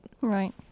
Right